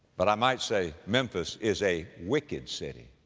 but i might say, memphis is a wicked city.